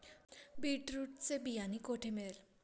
Beetroot चे बियाणे कोठे मिळेल?